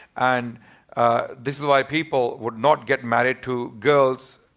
and this is why people would not get married to girls